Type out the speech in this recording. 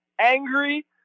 angry